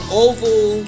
oval